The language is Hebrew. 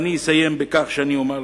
אני אסיים בכך שאני אומר לכם,